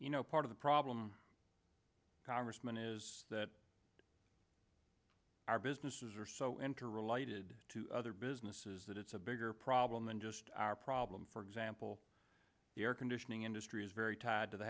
you know part of the problem congressman is that our businesses are so enter related to other businesses that it's a bigger problem than just our problem for example the air conditioning industry is very tied to the